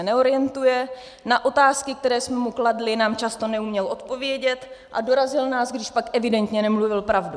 Na otázky, které jsme mu kladli, nám často neuměl odpovědět a dorazil nás, když pak evidentně nemluvil pravdu.